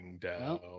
down